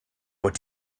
what